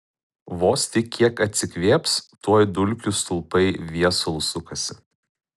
vos tik kiek atsikvėps tuoj dulkių stulpai viesulu sukasi